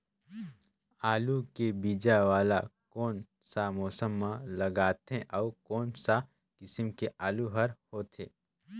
आलू के बीजा वाला कोन सा मौसम म लगथे अउ कोन सा किसम के आलू हर होथे?